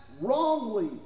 wrongly